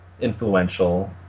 influential